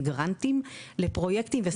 עם 'גרנטים' לפרויקטים וסטרטאפים.